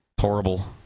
Horrible